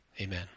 Amen